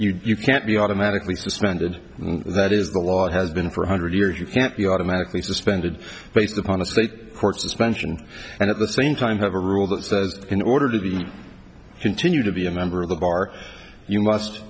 that you can't be automatically suspended that is the law has been for a hundred years you can't be automatically suspended based upon a state court suspension and at the same time have a rule that says in order to be continue to be a member of the bar you must